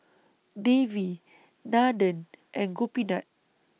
Devi Nandan and Gopinath